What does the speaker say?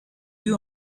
you